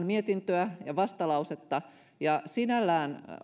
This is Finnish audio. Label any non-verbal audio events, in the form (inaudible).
(unintelligible) mietintöä ja vastalausetta sinällään